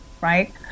right